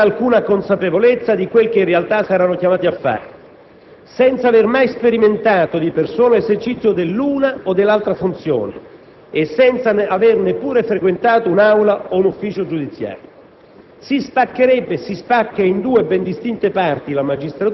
La scelta degli aspiranti sarà fatta al buio, senza alcuna consapevolezza di quale lavoro in realtà saranno chiamati a svolgere, senza aver mai sperimentato di persona l'esercizio dell'una o dell'altra funzione e senza aver neppure frequentato un'aula o un ufficio giudiziario.